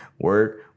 work